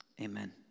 Amen